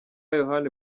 yohani